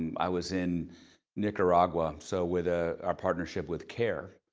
i was in nicaragua, so with ah our partnership with care,